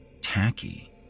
Tacky